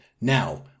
Now